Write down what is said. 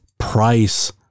Price